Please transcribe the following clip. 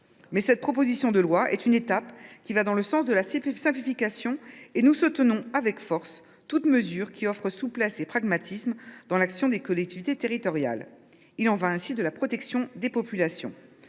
que cette proposition de loi est une étape qui va dans le sens de la simplification. Nous soutenons avec force toute mesure qui offre souplesse et pragmatisme dans l’action des collectivités territoriales. Il y va de la protection des populations.